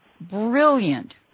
brilliant